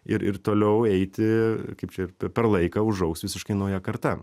ir ir toliau eiti kaip čia per laiką užaugs visiškai nauja karta